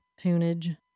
tunage